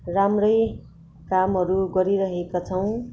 राम्रै कामहरू गरिरहेका छौँ